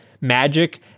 magic